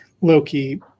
Loki